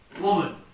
woman